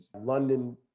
London